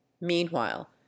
meanwhile